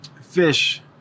fish